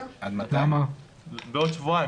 וכן מהן תקרת הצריכה נטו,